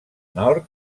nord